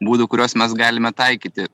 būdų kuriuos mes galime taikyti